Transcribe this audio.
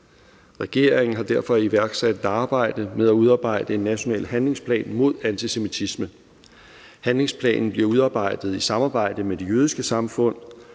Regeringen har derfor iværksat et arbejde med at udarbejde en national handlingsplan mod antisemitisme. Handlingsplanen bliver udarbejdet i samarbejde med Det Jødiske Samfund.